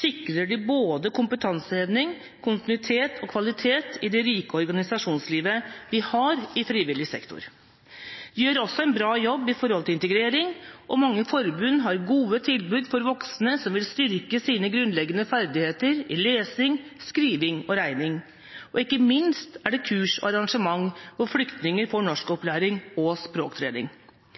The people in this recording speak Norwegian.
sikrer de både kompetanseheving, kontinuitet og kvalitet i det rike organisasjonslivet vi har i frivillig sektor. De gjør også en bra jobb for integrering, og mange forbund har gode tilbud for voksne som vil styrke sine grunnleggende ferdigheter i lesing, skriving og regning. Og ikke minst er det kurs og arrangement hvor flyktninger får norskopplæring og språktrening.